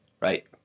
Right